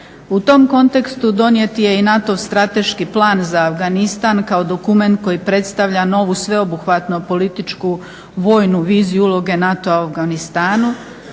U tom kontekstu donijet je i NATO-ov strateški plan za Afganistan kao dokument koji predstavlja novu sveobuhvatno političku vojnu viziju uloge NATO-a u Afganistanu.